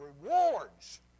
rewards